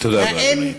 תודה רבה, אדוני.